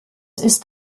ist